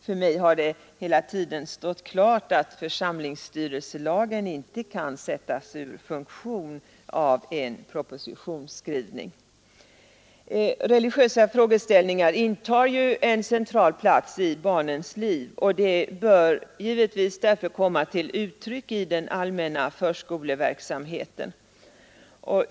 För mig har det hela tiden stått klart att församlingsstyrelselagen inte kan sättas ur funktion av en propositionsskrivning. Religiösa frågeställningar intar en central plats i barnens liv. Det bör därför givetvis komma till uttryck i den allmänna förskoleverksamheten.